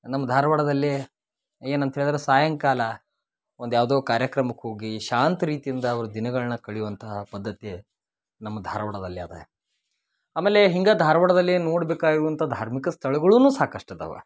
ನಮ್ಮ ಧಾರ್ವಾಡದಲ್ಲಿ ಏನಂತ್ಹೇಳಿದ್ರೆ ಸಾಯಂಕಾಲ ಒಂದು ಯಾವುದೋ ಕಾರ್ಯಕ್ರಮಕ್ಕೆ ಹೋಗಿ ಶಾಂತ ರೀತಿಯಿಂದ ಅವ್ರು ದಿನಗಳನ್ನ ಕಳಿಯುವಂತಹ ಪದ್ಧತಿ ನಮ್ಮ ಧಾರ್ವಾಡದಲ್ಲಿ ಅದೆ ಆಮೇಲೆ ಹಿಂಗೆ ಧಾರ್ವಾಡದಲ್ಲಿ ನೋಡ್ಬೇಕಾಗಿರುವಂಥ ಧಾರ್ಮಿಕ ಸ್ಥಳಗಳು ಸಾಕಷ್ಟು ಅದಾವ